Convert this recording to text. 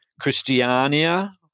Christiania